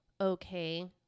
okay